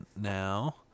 now